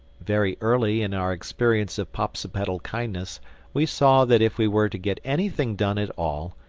very early in our experience of popsipetel kindness we saw that if we were to get anything done at all,